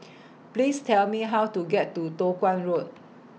Please Tell Me How to get to Toh Guan Road